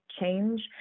change